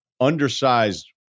undersized